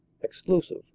exclusive